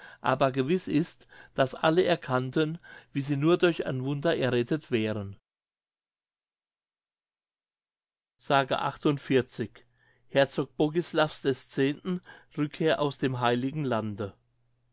aber gewiß ist daß alle erkannten wie sie nur durch ein wunder errettet wären kantzow pomerania ii s herzog bogislavs x rückkehr aus dem heiligen lande